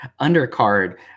undercard